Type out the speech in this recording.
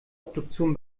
obduktion